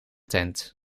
tent